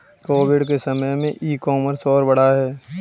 Covid के समय में ई कॉमर्स और बढ़ा है